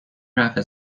رفع